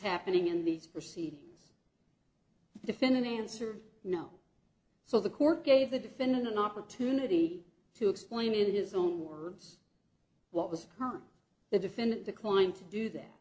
happening in these proceedings the financer know so the court gave the defendant an opportunity to explain in his own words what was done the defendant declined to do that